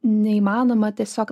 neįmanoma tiesiog